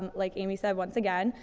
um like amy said, once again,